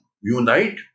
unite